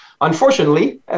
unfortunately